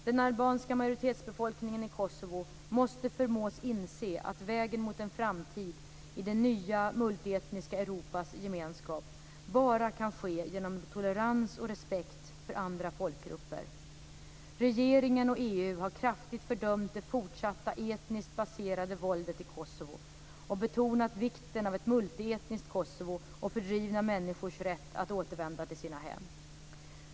Den albanska majoritetsbefolkningen i Kosovo måste förmås inse att vägen mot en framtid i det nya multietniska Europas gemenskap bara kan ske genom tolerans och respekt för andra folkgrupper. Regeringen och EU har kraftigt fördömt det fortsatta etniskt baserade våldet i Kosovo och betonat vikten av ett multietniskt Kosovo och fördrivna människors rätt att återvända till sina hem.